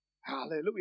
Hallelujah